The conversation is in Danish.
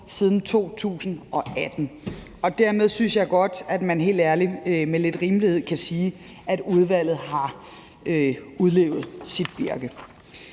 siden 2018. Dermed synes jeg helt ærligt, at man med lidt rimelighed kan sige, at udvalget har udtjent sit formål.